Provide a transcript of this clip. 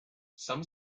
some